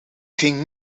ging